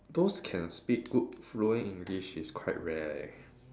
those can speak good fluent English is quite rare leh